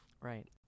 Right